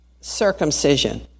circumcision